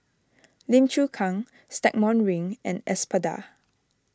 Lim Chu Kang Stagmont Ring and Espada